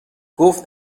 گفت